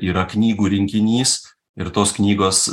yra knygų rinkinys ir tos knygos